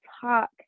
talk